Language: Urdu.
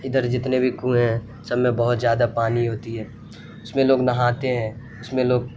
ادھر جتنے بھی کنویں ہیں سب میں بہت زیادہ پانی ہوتی ہے اس میں لوگ نہاتے ہیں اس میں لوگ